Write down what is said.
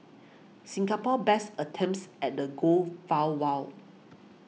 Singapore's best attempts at the goal fell well